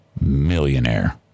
Millionaire